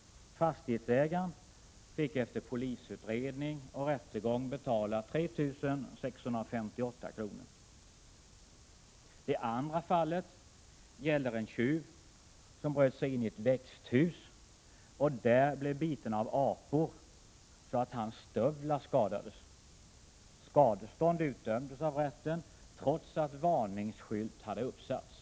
Fastighetsägaren fick efter polisutredning och rättegång betala 3 658 kr. Det andra fallet gäller en tjuv som bröt sig in i ett växthus och där blev biten av apor så att hans stövlar skadades. Prot. 1987/88:31 Skadestånd utdömdes av rätten, trots att varningsskylt hade uppsatts.